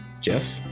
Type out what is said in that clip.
Jeff